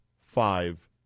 five